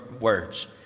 words